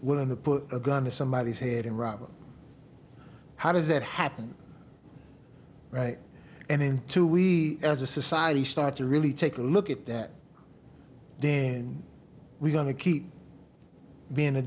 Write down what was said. willing to put a gun to somebody's head and robert how does that happen right and into we as a society start to really take a look at that then we're going to keep being a